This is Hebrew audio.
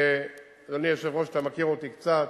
ואדוני היושב-ראש, אתה מכיר אותי קצת,